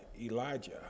Elijah